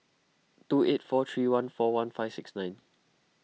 two eight four three one four one five six nine